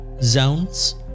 zones